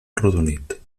arrodonit